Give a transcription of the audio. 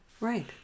Right